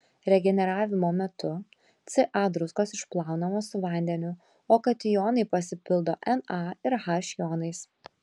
regeneravimo metu ca druskos išplaunamos su vandeniu o katijonitai pasipildo na ir h jonais